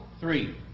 three